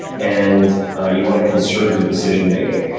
and you want to conserve your decision-making.